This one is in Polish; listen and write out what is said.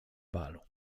balu